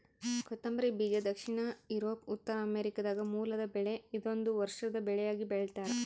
ಕೊತ್ತಂಬರಿ ಬೀಜ ದಕ್ಷಿಣ ಯೂರೋಪ್ ಉತ್ತರಾಮೆರಿಕಾದ ಮೂಲದ ಬೆಳೆ ಇದೊಂದು ವರ್ಷದ ಬೆಳೆಯಾಗಿ ಬೆಳ್ತ್ಯಾರ